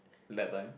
lap time